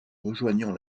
rejoignant